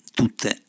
tutte